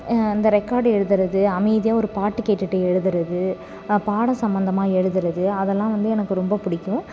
அந்த ரெக்கார்டு எழுதுகிறது அமைதியாக ஒரு பாட்டு கேட்டுகிட்டு எழுதுகிறது பாடம் சம்பந்தமாக எழுதுகிறது அதெல்லாம் வந்து எனக்கு ரொம்ப பிடிக்கும்